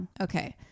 Okay